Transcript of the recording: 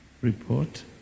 report